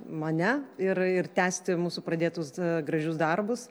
mane ir ir tęsti mūsų pradėtus gražius darbus